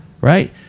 right